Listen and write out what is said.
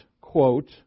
quote